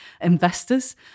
investors